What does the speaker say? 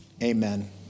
Amen